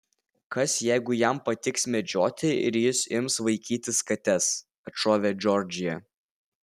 kas jeigu jam patiks medžioti ir jis ims vaikytis kates atšovė džordžija